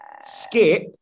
Skip